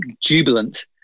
jubilant